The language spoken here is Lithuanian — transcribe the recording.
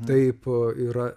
taip yra